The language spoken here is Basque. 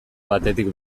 batetik